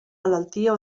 malaltia